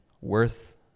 worth